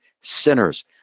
sinners